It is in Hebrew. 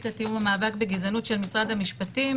לתיאום המאבק בגזענות של משרד המשפטים